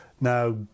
Now